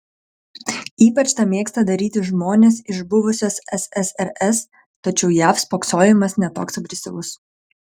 ypač tą mėgsta daryti žmonės iš buvusios ssrs tačiau jav spoksojimas ne toks agresyvus